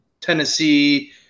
Tennessee